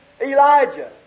Elijah